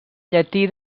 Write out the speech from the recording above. llatí